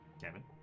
Kevin